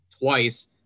twice